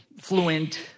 fluent